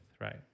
right